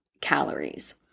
calories